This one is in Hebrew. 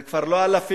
זה כבר לא אלפים,